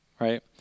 right